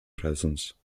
presence